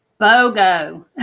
bogo